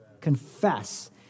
confess